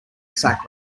sack